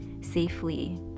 safely